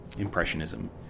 Impressionism